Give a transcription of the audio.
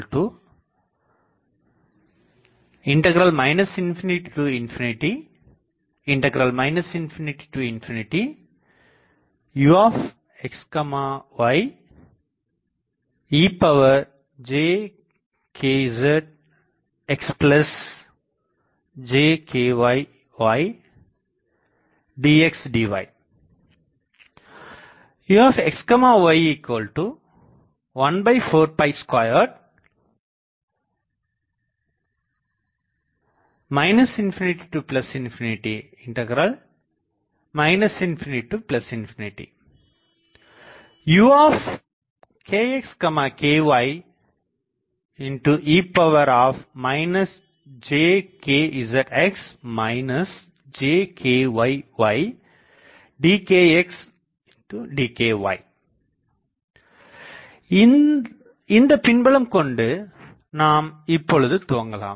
Ukxky ∞∞∞∞ uxy ejkxxjkyydxdy uxy142 ∞∞∞∞ Ukxky e jkxx jkyy dkxdky இந்தப்பின்புலம் கொண்டு நாம் இப்பொழுது துவங்கலாம்